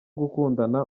gukundana